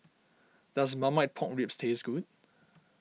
does Marmite Pork Ribs taste good